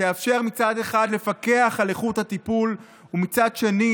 מצד אחד תאפשר לפקח על איכות הטיפול ומצד שני